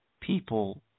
people